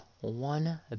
one